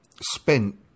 spent